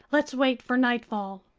let's wait for nightfall.